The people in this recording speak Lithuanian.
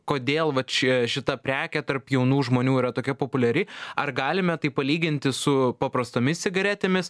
kodėl va čia šita prekė tarp jaunų žmonių yra tokia populiari ar galime tai palyginti su paprastomis cigaretėmis